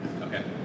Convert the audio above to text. Okay